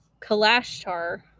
Kalashtar